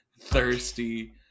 thirsty